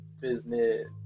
business